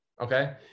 okay